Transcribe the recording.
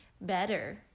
better